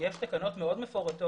יש תקנות מאוד מפורטות